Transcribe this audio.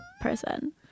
person